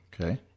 Okay